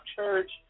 church